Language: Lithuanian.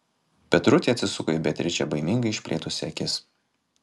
petrutė atsisuko į beatričę baimingai išplėtusi akis